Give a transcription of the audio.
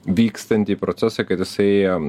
vykstantį procesą kad jisai